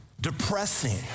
depressing